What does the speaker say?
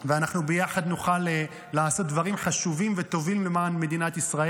ואנחנו ביחד נוכל לעשות דברים חשובים וטובים למען מדינת ישראל,